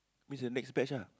means the next batch ah